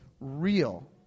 real